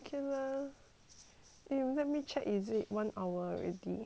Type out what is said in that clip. !aiyo! let me check is it one hour already